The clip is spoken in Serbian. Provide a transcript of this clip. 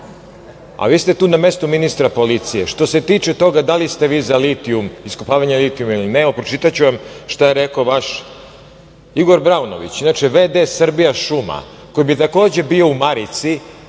a vi ste tu na mestu ministra policije. Što se tiče toga da li ste vi za iskopavanja litijuma ili ne, pročitaću vam šta je rekao vaš Igor Braunović, v.d. „Srbijašuma“, koji bi takođe bio u marici